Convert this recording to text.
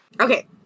Okay